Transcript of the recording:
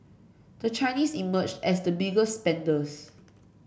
the Chinese emerged as the biggest spenders